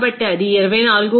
కాబట్టి అది 24